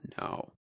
no